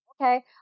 okay